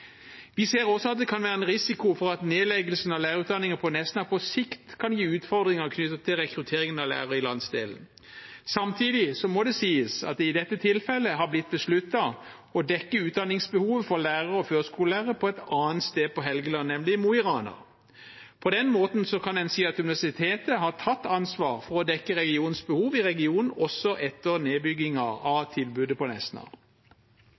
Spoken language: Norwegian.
Vi ser også at det kan være en risiko for at nedleggelsen av lærerutdanningen på Nesna på sikt kan gi utfordringer knyttet til rekrutteringen av lærere i landsdelen. Samtidig må det sies at det i dette tilfellet har blitt besluttet å dekke utdanningsbehovet for lærere og førskolelærere et annet sted på Helgeland, nemlig i Mo i Rana. På den måten kan en si at universitetet har tatt ansvar for å dekke regionens behov i regionen også etter nedbyggingen av tilbudet på Nesna. Vi kan lære av